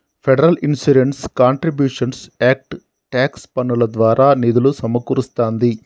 federal insurance contributions act tax పన్నుల ద్వారా నిధులు సమకూరుస్తాంది